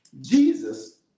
Jesus